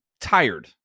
tired